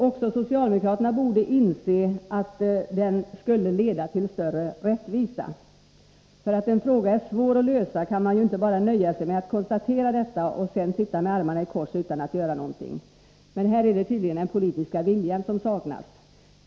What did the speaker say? Också socialdemokraterna borde inse att denna skulle leda till större rättvisa. Bara därför att en fråga är svår att lösa kan man ju inte nöja sig med att enbart konstatera detta och sedan sitta med armarna i kors utan att göra något. Här saknas tydligen den politiska viljan.